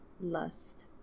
lust